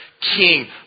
king